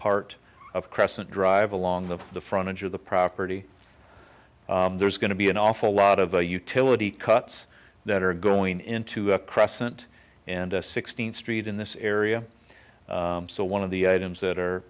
part of crescent drive along the the front edge of the property there's going to be an awful lot of the utility cuts that are going into a crescent and a sixteenth street in this area so one of the items that are